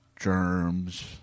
germs